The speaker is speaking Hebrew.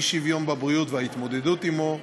"אי-שוויון בבריאות וההתמודדות עמו",